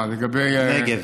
נגב.